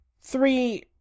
Three